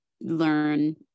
learn